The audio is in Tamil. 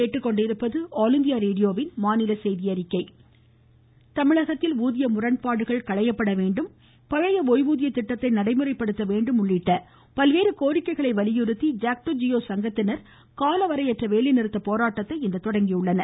ஜாக்டோஜியோ தமிழகத்தில் ஊதிய முறன்பாடுகள் களையப்பட வேண்டும் பழைய ஓய்வூதிய திட்டத்தை நடைமுறைப்படுத்த வேண்டும் உள்ளிட்ட பல்வேறு கோரிக்கைகளை வலியுறுத்தி ஜாக்டோ ஜியோ சங்கத்தினர் காலவரையற்ற வேலை நிறுத்த போராட்டத்தை இன்று தொடங்கியுள்ளனர்